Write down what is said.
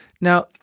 Now